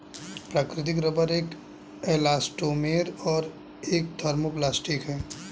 प्राकृतिक रबर एक इलास्टोमेर और एक थर्मोप्लास्टिक है